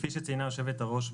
כפי שציינה יושבת הראש,